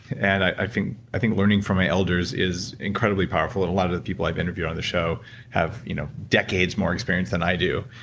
and i think i think learning from my elders is incredibly powerful, and a lot of the people i've interviewed on the show have you know decades more experience than i do,